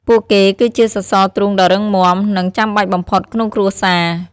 ពួកគេគឺជាសសរទ្រូងដ៏រឹងមាំ និងចាំបាច់បំផុតក្នុងគ្រួសារ។